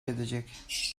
edecek